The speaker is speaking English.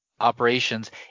operations